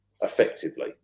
effectively